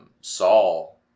Saul